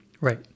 Right